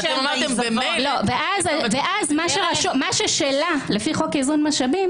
ואתם אמרתם --- מה ששלה לפי חוק איזון משאבים,